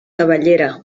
cabellera